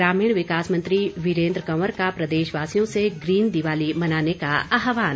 ग्रामीण विकास मंत्री वीरेन्द्र कंवर का प्रदेशवासियों से ग्रीन दीवाली मनाने का आहवान